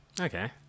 okay